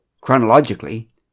Chronologically